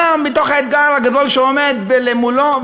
אלא מהאתגר הגדול שעומד מולו,